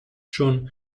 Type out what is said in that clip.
schon